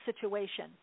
situation